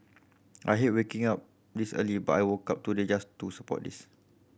I hate waking up this early but I woke up today just to support this